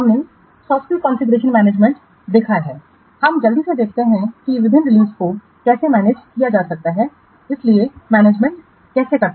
software क्या configuration management हमने देखा है हमें जल्दी से देखते हैं कि विभिन्न रिलीज को कैसे प्रबंधित किया जा सकता है इसलिए मैनेजमेंट जारी करें